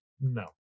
no